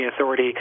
authority